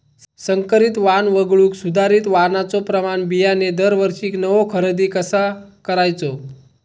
संकरित वाण वगळुक सुधारित वाणाचो प्रमाण बियाणे दरवर्षीक नवो खरेदी कसा करायचो?